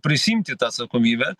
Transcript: prisiimti tą atsakomybę